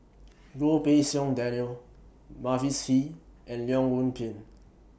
Goh Pei Siong Daniel Mavis Hee and Leong Yoon Pin